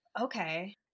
Okay